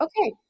okay